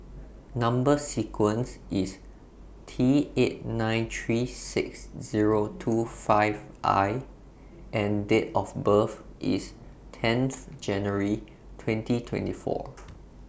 Number sequence IS T eight nine three six Zero two five I and Date of birth IS tenth January twenty twenty four